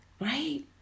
Right